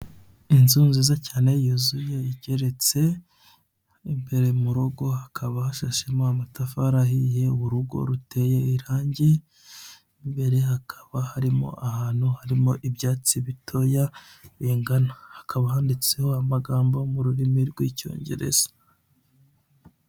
Inzu nziza cyane yuzuye igeretse imbere mu rugo hakaba hashashemo amatafari ahiye urugo ruteye irange imbere hakaba harimo ahantu harimo ibyatsi bitoya bingana, hakaba handitseho amagambo mu rurimi rw'icyongereza.